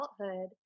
adulthood